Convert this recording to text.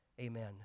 Amen